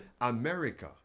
America